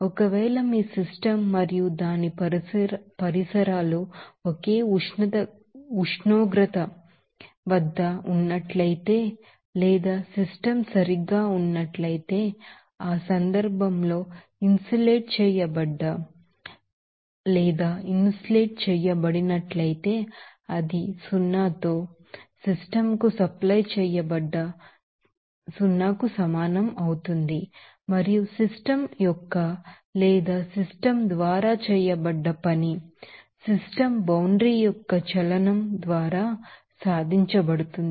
ఒకవేళ మీ సిస్టమ్ మరియు దాని పరిసరాలు ఒకే ఉష్ణోగ్రత వద్ద ఉన్నట్లయితే లేదా సిస్టమ్ సరిగ్గా ఉన్నట్లయితే ఆ సందర్భంలో ఇన్సులేట్ చేయబడ్డ ఇన్సులేట్ చేయబడినట్లయితే అది సున్నాతో సిస్టమ్ కు సప్లై చేయబడ్డ సున్నాకు సమానం అవుతుంది మరియు సిస్టమ్ యొక్క లేదా సిస్టమ్ ద్వారా చేయబడ్డ పని సిస్టమ్ బౌండరీ యొక్క చలనం ద్వారా సాధించబడుతుంది